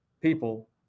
people